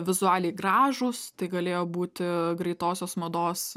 vizualiai gražūs tai galėjo būti greitosios mados